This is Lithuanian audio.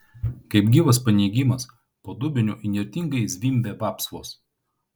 kaip gyvas paneigimas po dubeniu įnirtingai zvimbė vapsvos